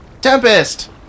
Tempest